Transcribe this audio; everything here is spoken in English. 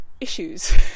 issues